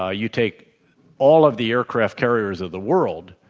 ah you take all of the aircraft carriers of the world,